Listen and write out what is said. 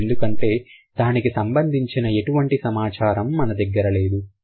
ఎందుకంటే దానికి సంబంధించిన ఎటువంటి సమాచారం మన దగ్గర లేదు